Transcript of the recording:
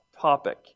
topic